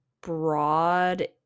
broad